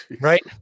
right